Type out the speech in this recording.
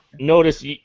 Notice